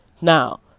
Now